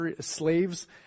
slaves